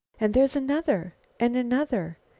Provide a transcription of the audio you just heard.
and there's another and another.